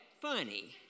funny